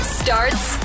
starts